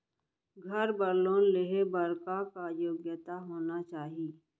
घर बर लोन लेहे बर का का योग्यता होना चाही?